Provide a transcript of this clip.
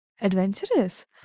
Adventurous